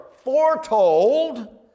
foretold